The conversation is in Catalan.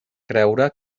creure